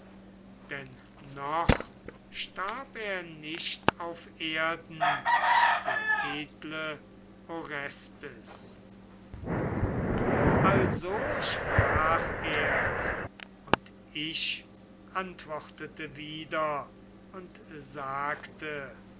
denn noch starb er nicht auf erden der edle orestes also sprach er und ich antwortete wieder und sagte